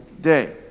day